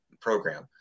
program